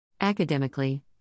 Academically